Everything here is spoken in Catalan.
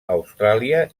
austràlia